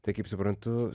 tai kaip suprantu